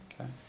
Okay